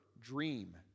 dream